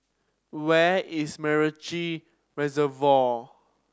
where is MacRitchie Reservoir